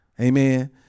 Amen